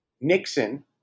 Nixon